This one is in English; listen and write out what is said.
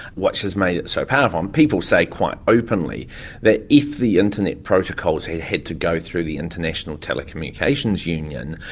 which has made it so powerful. and people say quite openly that if the internet protocols had had to go through the international telecommunications union,